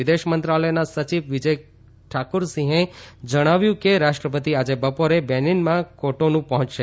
વિદેશ મંત્રાલયના સચિવ વિજય ઠાકુરસિંહે જણાવ્યું છે કે રાષ્ટ્રપતિ આજે બપોરે બેનીનમાં કોટોનું પહોંચશે